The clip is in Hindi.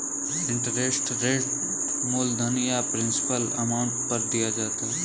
इंटरेस्ट रेट मूलधन या प्रिंसिपल अमाउंट पर दिया जाता है